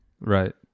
right